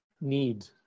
need